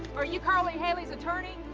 are you carl lee hailey's attorney?